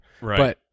Right